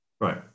right